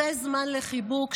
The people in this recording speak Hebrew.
זה זמן לחיבוק,